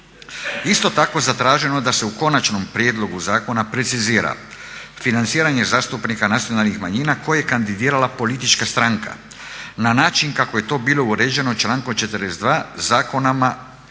Isto tako zatraženo je da se u konačnom prijedlogu zakona precizira financiranje zastupnika nacionalnih manjina koje je kandidirala politička stranka na način kako je to bilo uređeno člankom 42. zakona